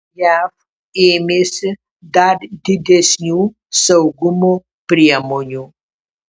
jav ėmėsi dar didesnių saugumo priemonių